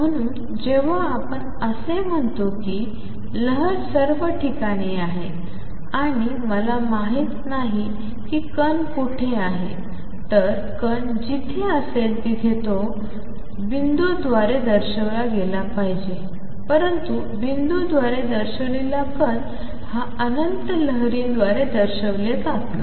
म्हणून जेव्हा आपण असे म्हणतो की लहर सर्व ठिकाणी आहे आणि मला माहित नाही की कण कोठे आहे तर कण जिथे असेल तिथे तो बिंदूद्वारे दर्शविला गेला पाहिजे परंतु बिन्दूद्रारे दर्शविलेला कण हा अनंत लहरीद्रारे दर्शविला जात नाही